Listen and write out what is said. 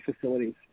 facilities